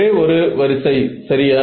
ஒரே ஒரு வரிசை சரியா